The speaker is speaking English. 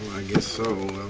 guess so.